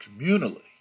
communally